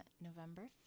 November